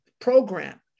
program